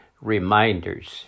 reminders